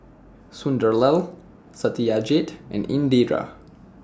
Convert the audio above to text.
Sunderlal Satyajit and Indira